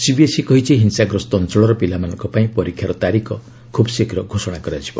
CBSE କହିଛି ହିଂସାଗ୍ରସ୍ତ ଅଞ୍ଚଳର ପିଲାମାନଙ୍କ ପାଇଁ ପରୀକ୍ଷାର ତାରିଖ ଖୁବ୍ ଶୀଘ୍ର ଘୋଷଣା କରାଯିବ